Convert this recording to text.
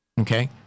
Okay